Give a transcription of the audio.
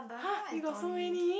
!huh! you got so many